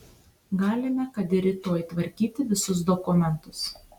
galime kad ir rytoj tvarkyti visus dokumentus